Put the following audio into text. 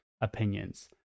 opinions